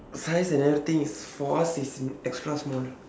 the price and everything is for us is e~ extra small